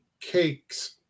cakes